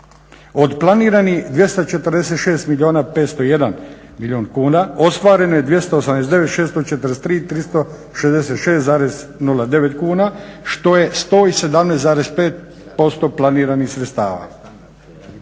Od planiranih 246 milijuna 501 milijun kuna ostvareno je 289 643 366,09 kn što je 117,5% planiranih sredstava.